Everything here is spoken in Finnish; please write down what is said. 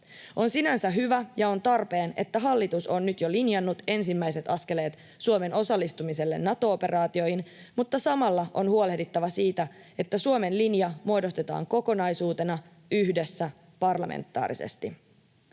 On sinänsä hyvä ja on tarpeen, että hallitus on nyt jo linjannut ensimmäiset askeleet Suomen osallistumiselle Nato-operaatioihin, mutta samalla on huolehdittava siitä, että Suomen linja muodostetaan kokonaisuutena, yhdessä, parlamentaarisesti.